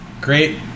Great